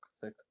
thick